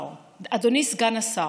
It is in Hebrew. אדוני סגן השר,